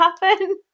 happen